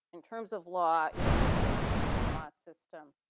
in terms of law is within our canon law system.